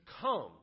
come